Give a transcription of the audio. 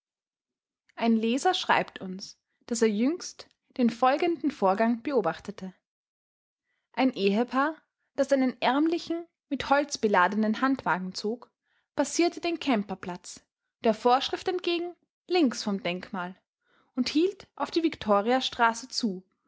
ein leser schreibt uns daß er jüngst den folgenden vorgang beobachtete ein ehepaar das einen ärmlichen mit holz beladenen handwagen zog passierte den kemperplatz der vorschrift entgegen links vom denkmal und hielt auf die viktoriastraße zu